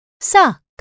suck